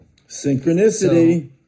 Synchronicity